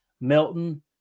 Melton